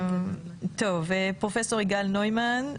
פרופ' יגאל נוימן,